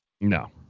No